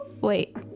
Wait